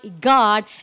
God